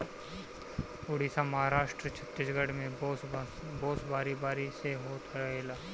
उड़ीसा, महाराष्ट्र, छतीसगढ़ में बांस बारी बारी से होत रहेला